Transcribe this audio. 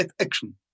action